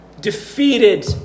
defeated